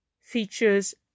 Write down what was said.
features